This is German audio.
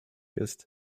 ist